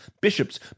bishops